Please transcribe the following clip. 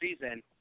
season